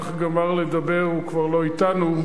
שאך גמר לדבר הוא כבר לא אתנו,